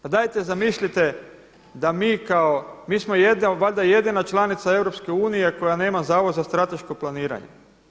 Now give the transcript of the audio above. Pa dajte zamislite da mi kao, mi smo valjda jedina članica EU koja nema zavod za strateško planiranje.